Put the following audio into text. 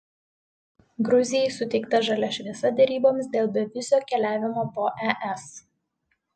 gruzijai suteikta žalia šviesa deryboms dėl bevizio keliavimo po es